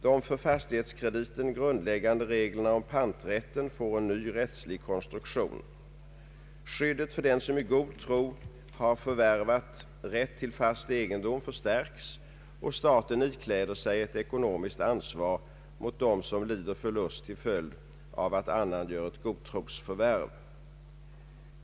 De för fastighetskrediten grundläggande reglerna om panträtt får ny rättslig konstruktion. Skyddet för den som i god tro har förvärvat rätt till fast egendom förstärks och staten ikläder sig ett ekonomiskt ansvar mot dem som lider förlust till följd av att annan gör ett godtrosförvärv.